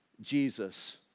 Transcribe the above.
Jesus